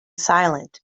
silent